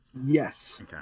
yes